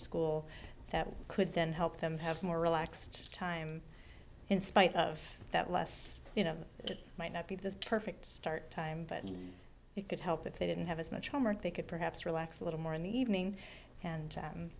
school that could then help them have more relaxed time in spite of that less you know it might not be the perfect start time but it could help if they didn't have as much homework they could perhaps relax a little more in the evening and